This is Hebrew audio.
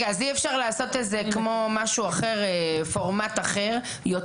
אי אפשר לעשות את זה כמו פורמט אחר יותר